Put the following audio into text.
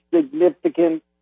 significant